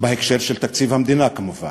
בהקשר של תקציב המדינה, כמובן.